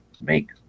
make